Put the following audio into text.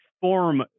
form